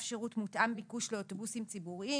שירות מותאם ביקוש לאוטובוסים ציבוריים,